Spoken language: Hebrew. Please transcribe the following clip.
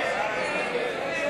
לא נתקבלה.